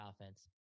offense